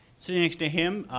sitting next to him,